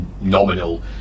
nominal